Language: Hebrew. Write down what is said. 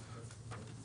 הכלכלה.